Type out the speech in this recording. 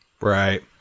Right